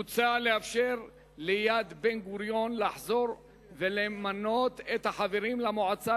מוצע לאפשר ליד בן-גוריון לחזור ולמנות את החברים למועצה